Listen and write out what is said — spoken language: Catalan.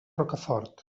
rocafort